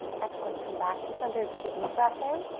excellent, come back to center. take a deep breath in.